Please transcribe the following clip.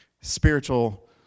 spiritual